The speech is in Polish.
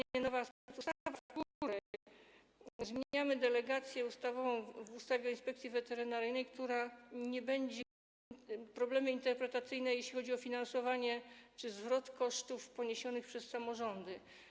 Powstanie nowa specustawa, w której zmienimy delegację ustawową w ustawie o Inspekcji Weterynaryjnej, która nie będzie... zlikwiduje problemy interpretacyjne, jeśli chodzi o finansowanie czy zwrot kosztów poniesionych przez samorządy.